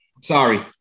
Sorry